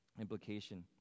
implication